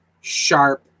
sharp